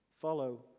follow